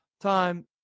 time